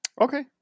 Okay